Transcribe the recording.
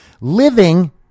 Living